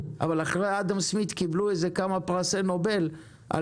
אבל אחרי אדם סמית קיבלו איזה כמה פרסי נובל על